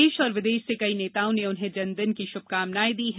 देश और विदेश से कई नेताओं ने उन्हें जन्मदिन की शुभकामनाएं दी हैं